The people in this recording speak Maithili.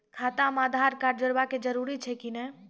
खाता म आधार कार्ड जोड़वा के जरूरी छै कि नैय?